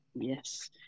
Yes